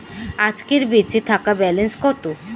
আজকের বেচে থাকা ব্যালেন্স কত?